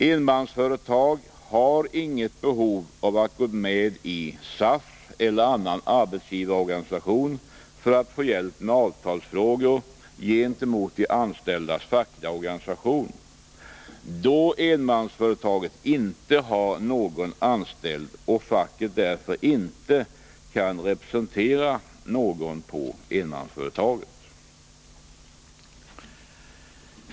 Enmansföretag har inget behov av att gå med i SAF eller annan arbetsgivarorganisation för att få hjälp med avtalsfrågor gentemot de anställdas fackliga organisation, då enmansföretaget inte har någon anställd och facket därför inte kan representera någon på enmansföretaget.